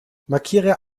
markiere